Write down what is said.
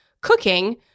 Cooking